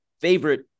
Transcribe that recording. favorite